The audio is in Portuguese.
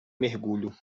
mergulho